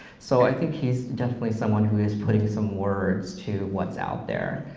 so i think he's definitely someone who is putting some words to what's out there,